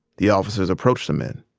the officers approached the men.